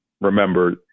Remember